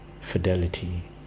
fidelity